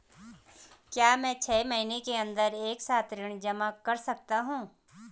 क्या मैं छः महीने के अन्दर एक साथ ऋण जमा कर सकता हूँ?